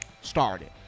Started